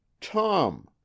tom